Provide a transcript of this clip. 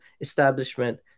establishment